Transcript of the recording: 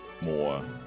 more